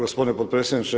gospodine podpredsjedniče.